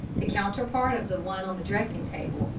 the counterpart of the one on the dressing-table,